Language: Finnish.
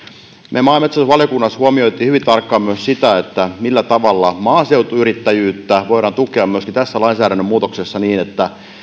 me maa ja metsätalousvaliokunnassa huomioimme hyvin tarkkaan myös sitä millä tavalla maaseutuyrittäjyyttä voidaan tukea myöskin tässä lainsäädännön muutoksessa